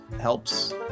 helps